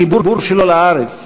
החיבור שלו לארץ,